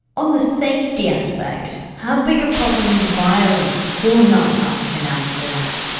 on the safety aspect, how big a problem is violence for nightlife in amsterdam?